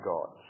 God